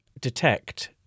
detect